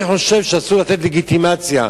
אני חושב שאסור לתת לגיטימציה,